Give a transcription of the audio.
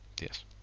Yes